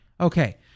Okay